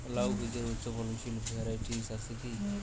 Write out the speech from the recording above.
লাউ বীজের উচ্চ ফলনশীল ভ্যারাইটি আছে কী?